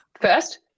First